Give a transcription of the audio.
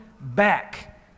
back